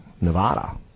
Nevada